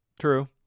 True